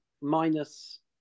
minus